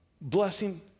Blessing